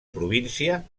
província